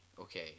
okay